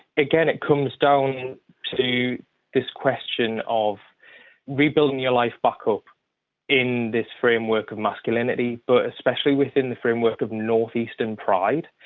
again, it comes down to this question of rebuilding your life back up in this framework of masculinity but especially within the framework of north-eastern pride.